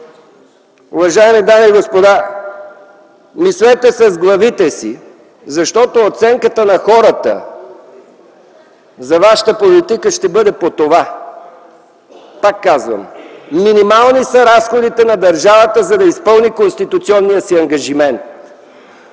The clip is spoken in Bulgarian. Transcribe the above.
Уважаеми дами и господа, мислете с главите си, защото оценката на хората за вашата политика ще бъде по това. Пак казвам, минимални са разходите на държавата, за да изпълни конституционния си ангажимент.